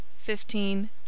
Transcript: Fifteen